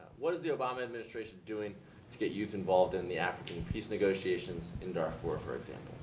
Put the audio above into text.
what is the obama administration doing to get youth involved in the african peace negotiations in darfur, for